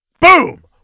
Boom